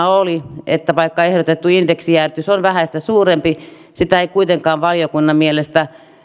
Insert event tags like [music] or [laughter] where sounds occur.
[unintelligible] oli että vaikka ehdotettu indeksijäädytys on vähäistä suurempi sitä ei kuitenkaan valiokunnan mielestä